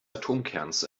atomkerns